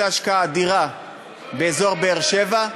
הייתה השקעה אדירה באזור באר-שבע.